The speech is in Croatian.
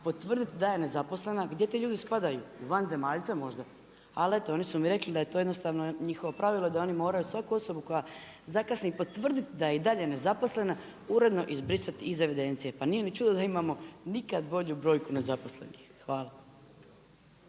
potvrditi da je nezaposlena, gdje ti ljudi spadaju? U vanzemaljce možda? Ali eto, oni su mi rekli da je to jednostavno njihovo pravili i da oni moraju svaku osobu koja zakasni, potvrditi da je i dalje nezaposlena, uredno izbrisati iz evidencije. Pa nije ni čudo da imamo, nikad bolju brojku nezaposlenih. Hvala.